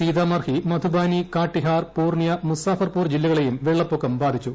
സീതാമർഹി മധുബാനി കാട്ടിഹാർ പുർണ്യ മുസാഫർപൂർ ജില്ലകളേയും വെള്ളപ്പൊക്കം ബാധിച്ചു